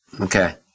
Okay